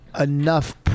enough